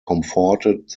comforted